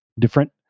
different